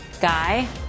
Guy